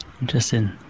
interesting